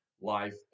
life